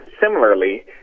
similarly